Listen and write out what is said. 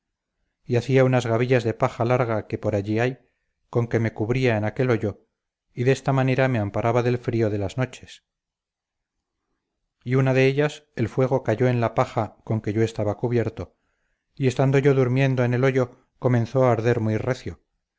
y hacía unas gavillas de paja larga que por allí hay con que me cubría en aquel hoyo y de esta manera me amparaba del frío de las noches y una de ellas el fuego cayó en la paja con que yo estaba cubierto y estando yo durmiendo en el hoyo comenzó a arder muy recio